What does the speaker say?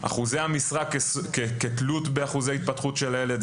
אחוזי המשרה כתלות באחוזי התפתחות של הילד,